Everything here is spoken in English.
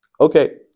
Okay